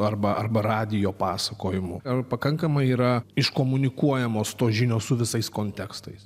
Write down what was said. arba arba radijo pasakojimų ar pakankamai yra iškomunikuojamos tos žinios su visais kontekstais